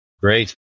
Great